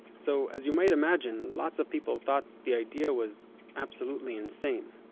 so as you might imagine, lots of people thought the idea was absolutely insane.